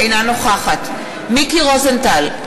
אינה נוכחת מיקי רוזנטל,